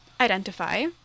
Identify